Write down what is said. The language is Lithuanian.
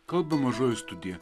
kalba mažoji studija